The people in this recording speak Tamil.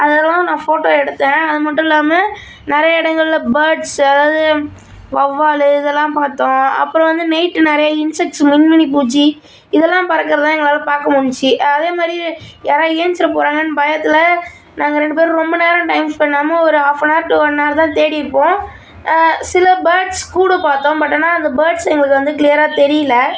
அதனால் தான் நான் போட்டோ எடுத்தேன் அது மட்டும் இல்லாமல் நிறைய இடங்கள்ல பேர்ட்ஸு அதாவது வௌவாலு இதெல்லாம் பார்த்தோம் அப்புறம் வந்து நைட்டு நிறைய இன்செக்ட்ஸு மின்மினிப்பூச்சி இதெல்லாம் பறக்கிறத தான் எங்களால் பார்க்க முடிஞ்சிச்சு அதேமாதிரி யாராவது ஏழுச்சிரப் போகிறாங்கனு பயத்தில் நாங்கள் ரெண்டு பேரும் ரொம்ப நேரம் டைம் ஸ்பென்ணாமல் ஒரு ஆஃப்னவர் டு ஒன்னவர் தான் தேடியிருப்போம் சில பேர்ட்ஸ் கூடு பார்த்தோம் பட் ஆனால் அந்த பேர்ட்ஸ் எங்களுக்கு வந்து கிளியராக தெரியல